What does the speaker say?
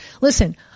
Listen